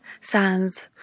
sand's